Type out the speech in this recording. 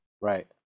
Right